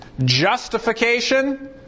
Justification